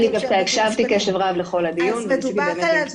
אני הקשבתי בקשב רב לכל הדיון וניסיתי למצוא